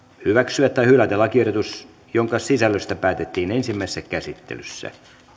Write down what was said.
hyväksyä tai hylätä lakiehdotus jonka sisällöstä päätettiin ensimmäisessä käsittelyssä